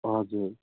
हजुर